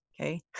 okay